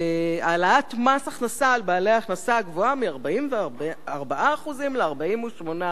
את מס ההכנסה על בעלי ההכנסה הגבוהה מ-44% ל-48%,